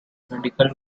medical